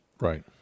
Right